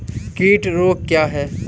कीट रोग क्या है?